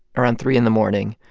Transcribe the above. around three in the morning,